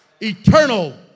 eternal